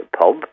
pub